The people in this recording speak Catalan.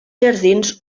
jardins